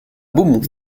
beaumont